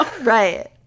right